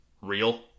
real